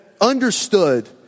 understood